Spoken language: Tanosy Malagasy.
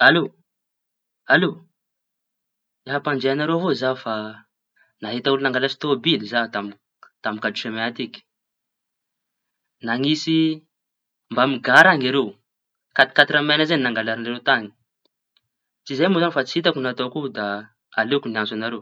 Alô, alô te hampandre añareo za fa nahita olo nangalaky tômôbily za tamy kate semai atiky. Nañitsy omba amy gara añy ireo, katekatra meña zay nangalariñ ireo tañy. Tsy zay moa zañy fa tsy hitako ny ataoko io da aleoko miantso añareo.